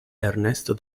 ernesto